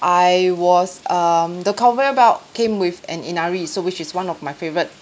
I was um the conveyor belt came with an inari so which is one of my favourite